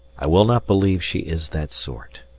i will not believe she is that sort.